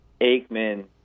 Aikman